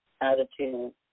attitude